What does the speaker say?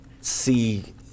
see